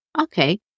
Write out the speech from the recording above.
Okay